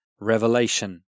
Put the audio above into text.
revelation